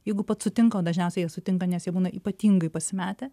jeigu pats sutinka o dažniausiai jie sutinka nes jie būna ypatingai pasimetę